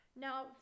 now